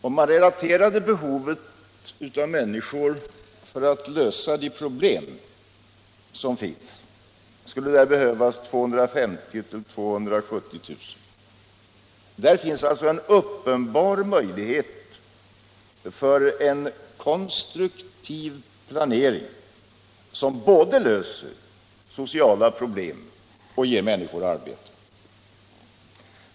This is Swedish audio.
Om man uttrycker detta behov i det antal människor som måste till skulle det motsvara 250 000-270 000. Där finns en uppenbar möjlighet för en konstruktiv planering, som både löser sociala problem och ger människor arbete.